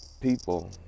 people